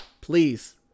please